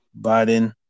Biden